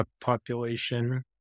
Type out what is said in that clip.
population